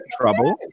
trouble